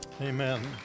Amen